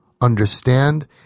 understand